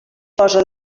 posa